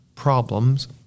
problems